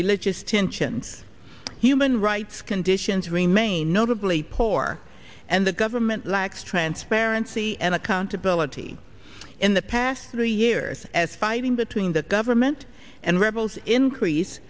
religious tensions human rights conditions remain notably poor and the government tax transparency and accountability in the past three years as fighting between the government and rebels increase